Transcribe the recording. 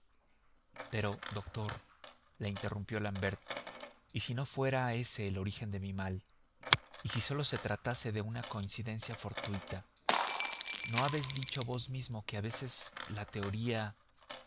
hombre pero doctor le interrumpió l'ambert y si no fuera ese el origen de mi mal y si sólo se tratase de una coincidencia fortuita no habéis dicho vos mismo que a veces la teoría